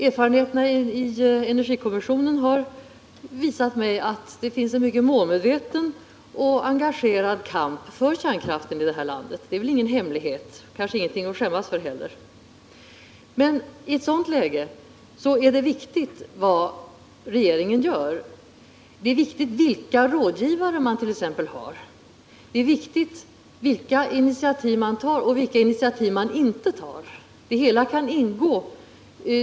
Erfarenheterna i energikommissionen har visat mig att det finns en mycket målmedveten och engagerad kamp för kärnkraften i det här landet. Det är väl ingen hemlighet och kanske inte heller någonting att skämmas för. I ett sådant läge är det viktigt vad regeringen gör. Det ärt.ex. viktigt vilka rådgivare man har. Det är viktigt vilka initiativ man tar och vilka initiativ man inte tar.